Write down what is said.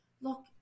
look